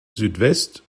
südwest